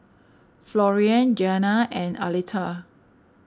Florian Giana and Arletta